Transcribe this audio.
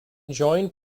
joined